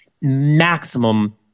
maximum